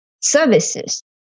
services